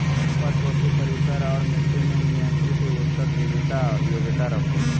कम परपोषी परिसर और मट्टी में नियंत्रित उत्तर जीविता योग्यता रखो हइ